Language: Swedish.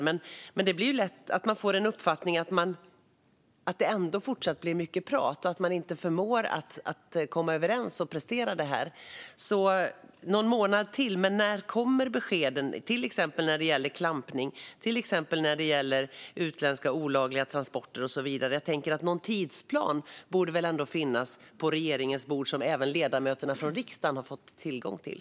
Men det är lätt att få uppfattningen att det fortsatt ändå blir mycket prat och att man inte förmår komma överens och prestera det här. Någon månad till, alltså - men när kommer beskeden, till exempel när det gäller klampning eller utländska olagliga transporter? Jag tänker att det väl borde finnas någon tidsplan på regeringens bord som även ledamöterna från riksdagen kunde ha fått tillgång till.